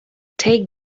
take